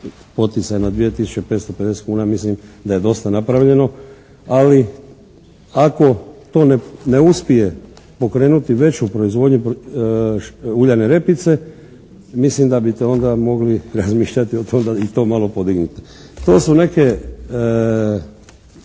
2 tisuće 550 kuna, mislim da je dosta napravljeno. Ali ako to ne uspije pokrenuti veću proizvodnju uljane repice, mislim da bi to onda mogli razmišljati o tome da i to malo podignuti. To su neke